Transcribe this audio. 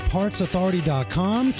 PartsAuthority.com